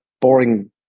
boring